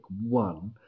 one